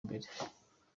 mbere